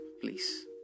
please